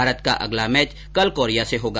भारत का अगला मैच कल कोरिया से होगा